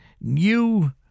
new